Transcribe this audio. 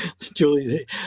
Julie